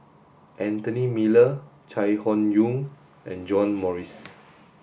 Anthony Miller Chai Hon Yoong and John Morrice